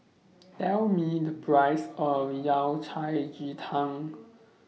Tell Me The Price of Yao Cai Ji Tang